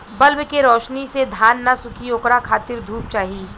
bulb के रौशनी से धान न सुखी ओकरा खातिर धूप चाही